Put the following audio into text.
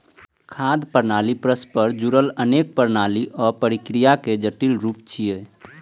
खाद्य प्रणाली परस्पर जुड़ल अनेक प्रणाली आ प्रक्रियाक जटिल रूप छियै